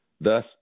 thus